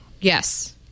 Yes